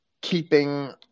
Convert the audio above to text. keeping